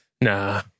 Nah